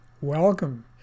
Welcome